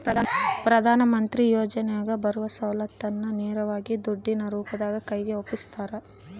ಪ್ರಧಾನ ಮಂತ್ರಿ ಯೋಜನೆಯಾಗ ಬರುವ ಸೌಲತ್ತನ್ನ ನೇರವಾಗಿ ದುಡ್ಡಿನ ರೂಪದಾಗ ಕೈಗೆ ಒಪ್ಪಿಸ್ತಾರ?